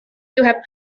have